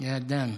יא דן.